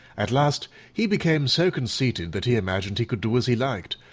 at last he became so conceited that he imagined he could do as he liked,